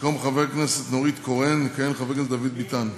במקום חברת הכנסת נורית קורן יכהן חבר הכנסת דוד ביטן,